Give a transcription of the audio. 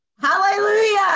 hallelujah